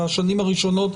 בשנים הראשונות,